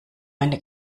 eine